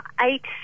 eight